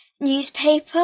newspaper